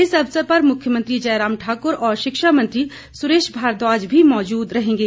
इस अवसर पर मुख्यमंत्री जयराम ठाक्र और शिक्षामंत्री सुरेश भारद्वाज भी मौजूद रहेंगे